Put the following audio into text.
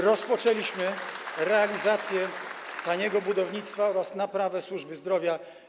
Rozpoczęliśmy realizację taniego budownictwa oraz naprawę służby zdrowia.